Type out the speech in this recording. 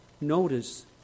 Notice